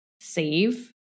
save